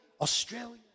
Australia